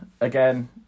Again